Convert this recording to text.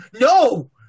No